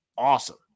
awesome